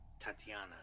Tatiana